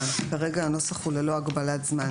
יש פה בסעיף כרגע, ההוראה היא ללא הגבלת זמן